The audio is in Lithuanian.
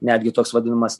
netgi toks vadinamas